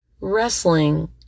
wrestling